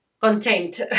content